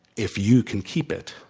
if you can keep it.